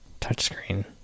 touchscreen